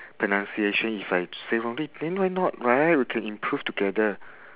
pronunciation if I say wrongly then why not right we can improve together